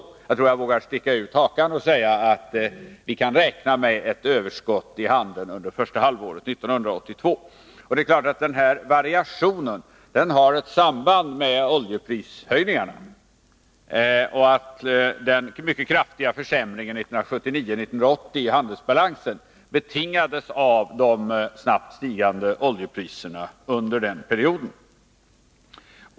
Jag tror att jag vågar sticka ut hakan och säga att vi kan räkna med ett överskott i handeln under första halvåret 1982. Det är klart att denna variation har ett samband med oljeprishöjningarna. Den mycket kraftiga försämringen i handelbalansen 1979 och 1980 betingades av de snabbt stigande oljepriserna under den perioden.